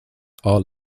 are